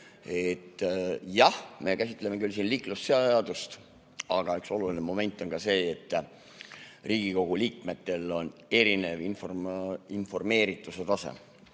Jah, me käsitleme siin liiklusseadust. Aga üks oluline moment on see, et Riigikogu liikmetel on erinev informeerituse tase. Ja